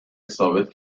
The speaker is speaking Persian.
ثابت